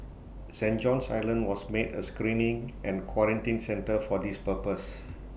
saint John's island was made A screening and quarantine centre for this purpose